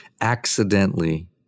accidentally